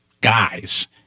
guys